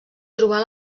trobar